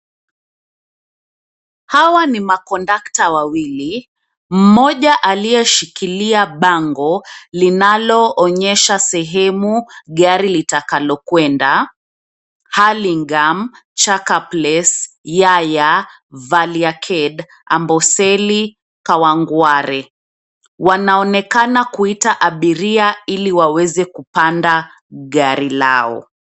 Hawa ni makondukta wawili. Mmoja aliyeshikilia bango linaloonyesha sehemu gari litakalo kuendea Hurlingham, Chaka Place, Yaya, Valley Arcade, Amboseli, Kawangware. Wanaonekana kuita abiria ili waweza kupanda gari lao.